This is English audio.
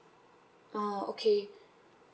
oh okay